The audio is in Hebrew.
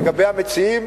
לגבי המציעים?